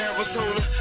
Arizona